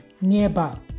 nearby